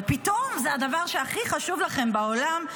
אבל פתאום זה הדבר שהכי חשוב לכם בעולם,